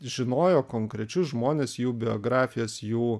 žinojo konkrečius žmones jų biografijas jų